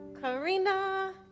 Karina